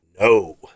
no